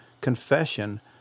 confession